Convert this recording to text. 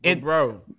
Bro